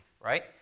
right